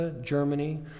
Germany